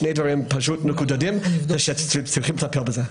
אלה שני דברים נקודתיים וצריכים לטפל בזה.